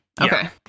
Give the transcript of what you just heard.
okay